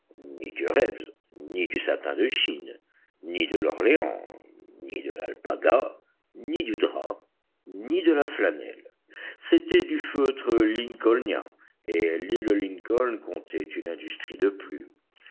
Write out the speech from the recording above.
ni du satin de chine ni de l'orléans ni de l'alpaga ni du drap ni de la flanelle c'était du feutre lincolnien et l'île lincoln comptait une industrie de plus